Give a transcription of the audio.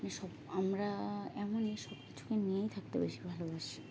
মানে সব আমরা এমনই সবকিছুকে নিয়েই থাকতে বেশি ভালোবাসি